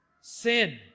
Sin